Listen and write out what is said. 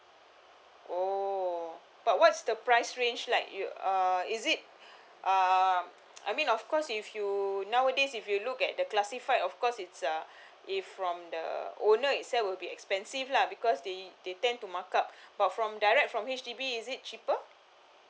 oh but what's the price range like you uh is it uh I mean of course if you nowadays if you look at the classified of course it's uh if from the owner itself will be expensive lah because they they tend to mark up but from direct from H_D_B is it cheaper